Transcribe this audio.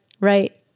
right